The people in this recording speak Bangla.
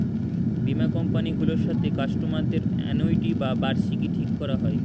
বীমা কোম্পানি গুলোর সাথে কাস্টমার দের অ্যানুইটি বা বার্ষিকী ঠিক করা হয়